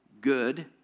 good